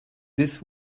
this